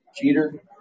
Jeter